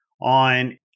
on